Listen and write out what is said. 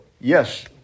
yes